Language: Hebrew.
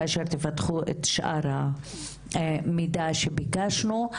כאשר תפתחו את שאר המידע שביקשנו.